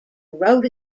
road